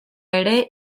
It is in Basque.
ere